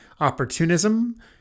opportunism